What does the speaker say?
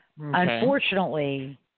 Unfortunately